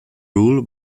rule